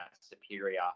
superior